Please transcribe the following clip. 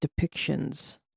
depictions